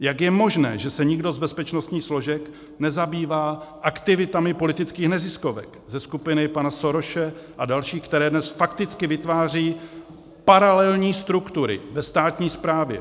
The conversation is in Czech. Jak je možné, že se nikdo z bezpečnostních složek nezabývá aktivitami politických neziskovek ze skupiny pana Sorose a dalších, které dnes fakticky vytvářejí paralelní struktury ve státní správě?